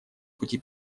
пути